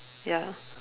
ya